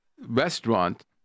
restaurant